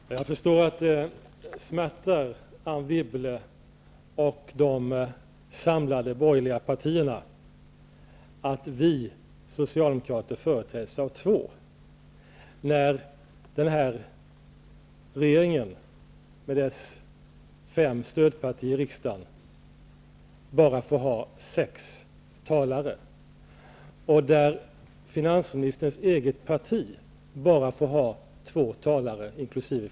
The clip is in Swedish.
Herr talman! Jag förstår att det smärtar Anne Wibble och de samlade borgerliga partierna att vi socialdemokrater företräds av två ledamöter, när regeringen med dess fem stödpartier i riksdagen bara får ha sex talare och finansministerns eget parti bara två talare inkl.